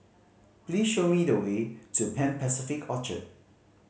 please show me the way to Pan Pacific Orchard